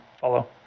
follow